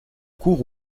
cour